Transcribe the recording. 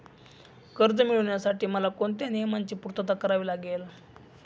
कर्ज मिळविण्यासाठी मला कोणत्या नियमांची पूर्तता करावी लागेल?